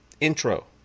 intro